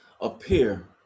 appear